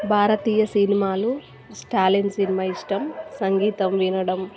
భారతీయ సినిమాలు స్టాలిన్ సినిమా ఇష్టం సంగీతం వినడం